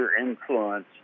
influence